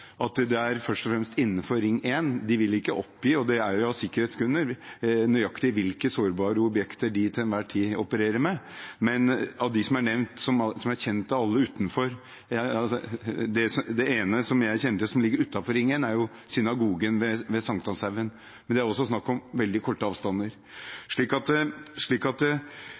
Det er først og fremst innenfor Ring 1. De vil av sikkerhetsgrunner ikke oppgi nøyaktig hvilke sårbare objekter de til enhver tid opererer med. Det ene jeg kjenner til som ligger utenfor Ring 1, er synagogen ved St. Hanshaugen, men det er også der snakk om veldig korte avstander. Det